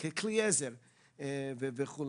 וזה זמנך הפנוי או שעות העבודה.